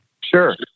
Sure